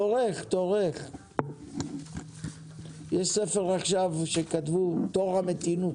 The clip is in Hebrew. יש ספר שכתבו 'תור המתינות'.